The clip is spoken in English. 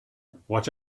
watch